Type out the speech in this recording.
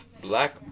Black